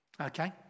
okay